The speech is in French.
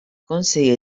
conseil